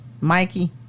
Mikey